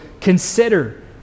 consider